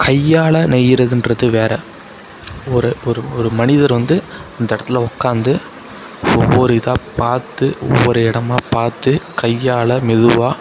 கையால் நெய்யறதுன்றது வேறு ஒரு ஒரு ஒரு மனிதர் வந்து அந்த இடத்துல உக்காந்து ஒவ்வொரு இதாக பார்த்து ஒவ்வொரு இடமா பார்த்து கையால் மெதுவாக